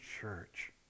church